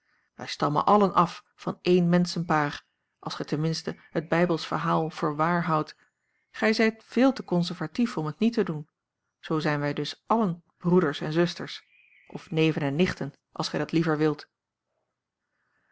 wij stammen allen af van één menschenpaar als gij ten minste het bijbelsch verhaal voor waar houdt gij zijt veel te conservatief om het niet te doen zoo zijn wij dus allen broeders en zusters of neven en nichten als gij dat liever wilt